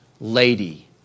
lady